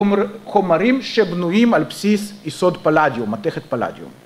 ‫חומרים שבנויים על בסיס ‫יסוד פלדיום, מתכת פלדיום.